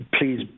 please